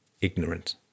ignorant